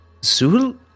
zul